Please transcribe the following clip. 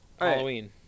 Halloween